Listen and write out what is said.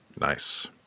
Nice